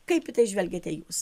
kaip į tai žvelgiate jūs